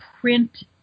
print